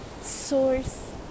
source